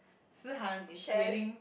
Si-Han is willing